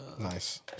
Nice